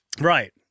Right